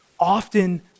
Often